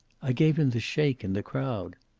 i gave him the shake, in the crowd.